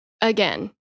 again